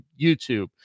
YouTube